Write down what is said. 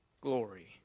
glory